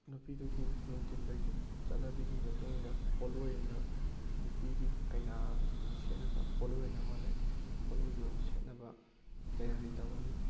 ꯅꯨꯄꯤꯗꯨꯒꯤ ꯅꯨꯡꯊꯤꯟꯗꯒꯤ ꯆꯠꯅꯕꯒꯤ ꯃꯇꯨꯡ ꯏꯟꯅ ꯄꯣꯠꯂꯣꯏ ꯑꯅ ꯅꯨꯄꯤꯒꯤ ꯀꯩꯅꯥꯅ ꯁꯦꯠꯅꯕ ꯄꯣꯠꯂꯣꯏ ꯑꯅ ꯑꯃ ꯂꯩ ꯄꯣꯠꯂꯣꯏꯗꯨ ꯁꯦꯠꯅꯕ ꯇꯌꯥꯔꯤ ꯇꯧꯒꯅꯤ